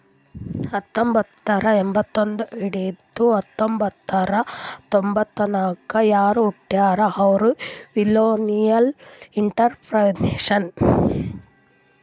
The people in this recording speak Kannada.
ಹತ್ತಂಬೊತ್ತ್ನೂರಾ ಎಂಬತ್ತೊಂದ್ ಹಿಡದು ಹತೊಂಬತ್ತ್ನೂರಾ ತೊಂಬತರ್ನಾಗ್ ಯಾರ್ ಹುಟ್ಯಾರ್ ಅವ್ರು ಮಿಲ್ಲೆನಿಯಲ್ಇಂಟರಪ್ರೆನರ್ಶಿಪ್